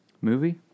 Movie